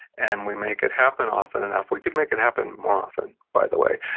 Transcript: and we make it happen often enough, we could make it happen more often, by the way,